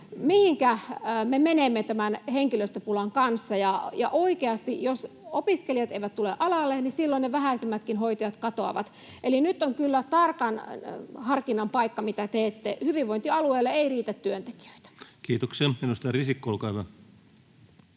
mihinkä me menemme tämän henkilöstöpulan kanssa. Ja oikeasti, jos opiskelijat eivät tule alalle, silloin ne vähäisetkin hoitajat katoavat. Eli nyt on kyllä tarkan harkinnan paikka, mitä teette — hyvinvointialueille ei riitä työntekijöitä. [Speech 50] Speaker: Ensimmäinen